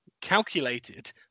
calculated